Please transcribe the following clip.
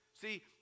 See